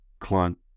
client